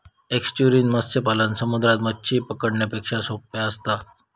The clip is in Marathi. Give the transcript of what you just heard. एस्चुरिन मत्स्य पालन समुद्रात मच्छी पकडण्यापेक्षा सोप्पा असता